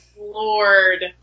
Lord